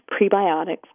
prebiotics